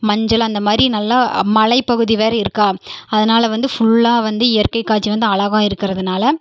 மஞ்சள் அந்த மாதிரி நல்லா மலைப்பகுதி வேறு இருக்கா அதனால் வந்து ஃபுல்லாக வந்து இயற்கைக் காட்சி வந்து அழகா இருக்கிறதுனால